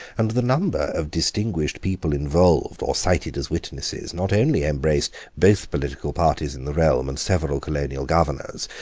and the number of distinguished people involved or cited as witnesses not only embraced both political parties in the realm and several colonial governors,